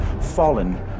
fallen